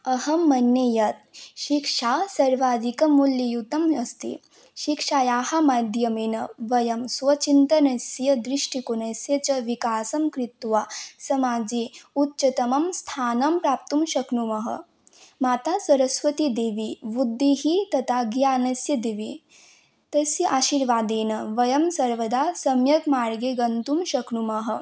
अहं मन्ये यत् शिक्षा सर्वादिकमूल्ययुता अस्ति शिक्षायाः माध्यमेन वयं स्वचिन्तनस्य दृष्टिकोनस्य च विकासं कृत्वा समाजे उच्चतमं स्थानं प्राप्तुं शक्नुमः माता सरस्वती देवी बुद्धिः तथा ज्ञानस्य देवी तस्य आशीर्वादेन वयं सर्वदा सम्यक् मार्गे गन्तुं शक्नुमः